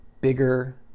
bigger